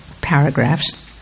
paragraphs